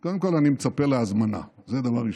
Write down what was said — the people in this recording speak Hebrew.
אז קודם כול, אני מצפה להזמנה, זה, דבר ראשון.